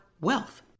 wealth